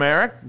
Eric